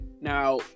Now